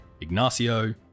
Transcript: Ignacio